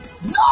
No